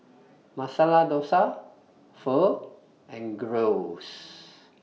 Masala Dosa Pho and Gyros